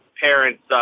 parents